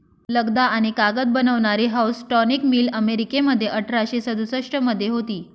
लगदा आणि कागद बनवणारी हाऊसटॉनिक मिल अमेरिकेमध्ये अठराशे सदुसष्ट मध्ये होती